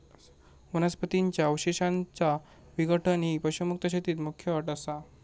वनस्पतीं च्या अवशेषांचा विघटन ही पशुमुक्त शेतीत मुख्य अट असा